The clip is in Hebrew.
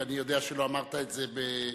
ואני יודע שלא אמרת את זה בכוונה,